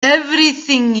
everything